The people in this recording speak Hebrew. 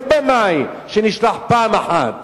לא במאי שנשלח פעם אחת.